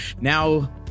now